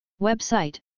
Website